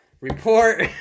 report